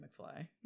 McFly